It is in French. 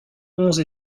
onze